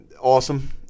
Awesome